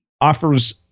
offers